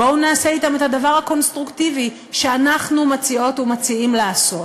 בואו נעשה אתם את הדבר הקונסטרוקטיבי שאנחנו מציעות ומציעים לעשות.